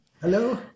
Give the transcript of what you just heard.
Hello